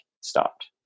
stopped